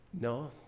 No